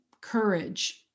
courage